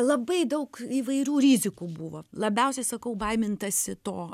labai daug įvairių rizikų buvo labiausiai sakau baimintasi to